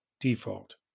default